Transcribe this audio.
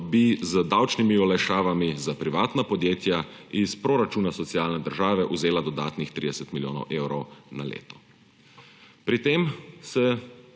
bi z davčnimi olajšavami za privatna podjetja iz proračuna socialne države vzeli dodatnih 30 milijonov evrov na leto. Pri tem se